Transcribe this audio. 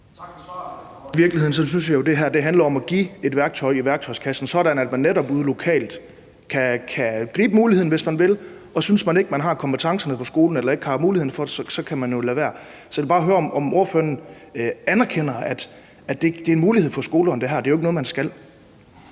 I virkeligheden synes jeg jo at det her handler om at give et nyt værktøj til værktøjskassen, sådan at man netop ude lokalt kan gribe muligheden, hvis man vil. Og synes man ikke, at man har kompetencerne på skolen eller ikke har muligheden for det, så kan man jo lade være. Så jeg vil bare høre, om ordføreren anerkender, at det her er en mulighed for skolerne – det er jo ikke noget, man skal.